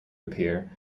appear